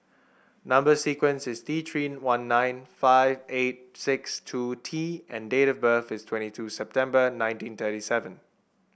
number sequence is T Three one nine five eight six two T and date of birth is twenty two September nineteen thirty seven